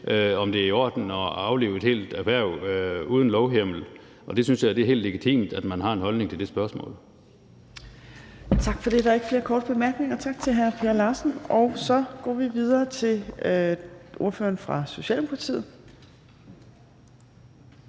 om det er i orden at aflive et helt erhverv uden lovhjemmel. Jeg synes, det er helt legitimt, at man har en holdning til det spørgsmål. Kl. 13:37 Tredje næstformand (Trine Torp): Tak for det. Der er ikke flere korte bemærkninger, så tak til hr. Per Larsen. Så går vi videre til ordføreren for Socialdemokratiet,